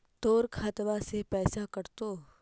तोर खतबा से पैसा कटतो?